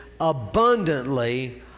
abundantly